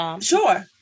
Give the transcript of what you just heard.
Sure